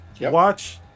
watch